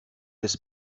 des